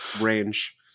range